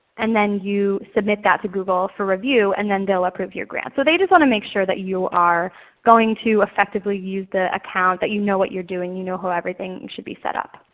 and then you submit that to google for review and then they'll approve your grant. so they just want to make sure that you are going to effectively use the account that you know what you're doing, that you know how everything should be set up.